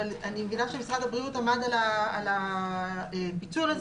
אני מבינה שמשרד הבריאות עמד על הפיצול הזה